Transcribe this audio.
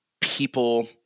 people